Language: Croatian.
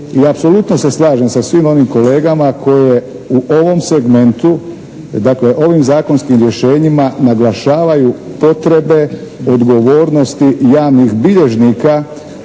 I apsolutno se slažem sa svim onim kolegama koje u ovom segmentu dakle ovim zakonskim rješenjima naglašavaju potrebe odgovornosti javnih bilježnika